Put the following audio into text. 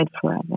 forever